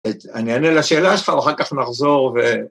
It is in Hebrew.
‫אני ענה לשאלה שלך, ‫ואחר כך נחזור ו...